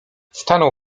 stanął